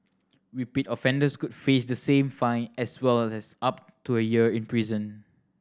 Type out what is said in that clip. repeat offenders could face the same fine as well as up to a year in prison